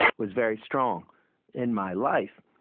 was very strong in my life.